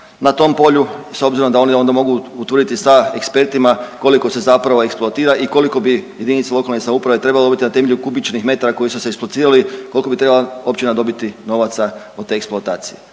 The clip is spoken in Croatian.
na tom polju s obzirom da oni onda mogu utvrditi sa ekspertima koliko se zapravo eksploatira i koliko bi jedinica lokalne samouprave trebala dobiti na temelju kubičnih metara koji su eksploatirali, koliko bi trebala općina dobiti novaca od te eksploatacije.